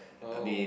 oh